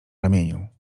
ramieniu